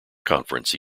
conference